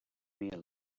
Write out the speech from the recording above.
meal